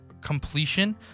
completion